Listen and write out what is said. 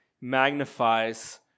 magnifies